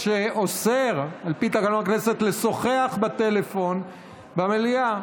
שאוסר על פי תקנון הכנסת לשוחח בטלפון במליאה.